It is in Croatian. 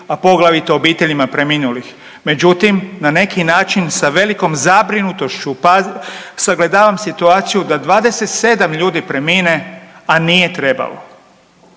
a poglavito obiteljima preminulih, međutim, na neki način sa velikom zabrinutošću sagledavam situaciju da 27 ljudi premine, a nije trebalo.